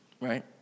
right